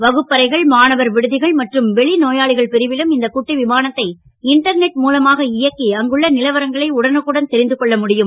வகுப்பறைகள் மாணவர் விடுதிகள் மற்றும் வெளிநோயாளிகள் பிரிவிலும் இந்த குட்டி விமானத்தை இண்டர்நெட் மூலமாக இயக்கி அங்குள்ள நிலவரங்களை உடனுக்குடன் தெரிந்து கொள்ள முடியும்